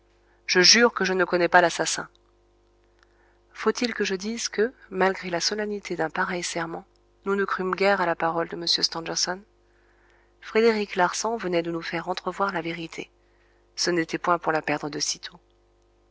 je jure que je ne connais pas l'assassin faut-il que je dise que malgré la solennité d'un pareil serment nous ne crûmes guère à la parole de m stangerson frédéric larsan venait de nous faire entrevoir la vérité ce n'était point pour la perdre de